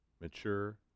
mature